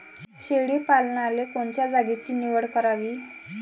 शेळी पालनाले कोनच्या जागेची निवड करावी?